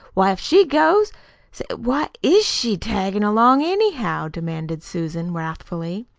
why, if she goes say, why is she taggin' along, anyhow? demanded susan wrathfully.